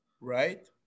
right